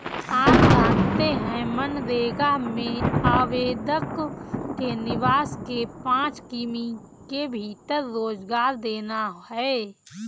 आप जानते है मनरेगा में आवेदक के निवास के पांच किमी के भीतर रोजगार देना है?